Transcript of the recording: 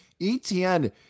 ETN